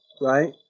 right